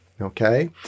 Okay